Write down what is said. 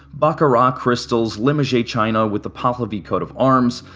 baccarat crystals, limoges china with the pahlavi coat of arms,